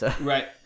Right